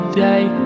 day